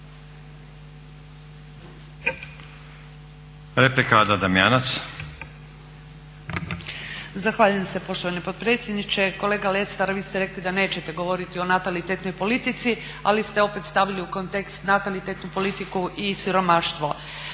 Replika, Ada Damjanac.